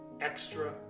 extra